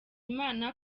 imana